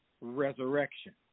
resurrection